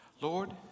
Lord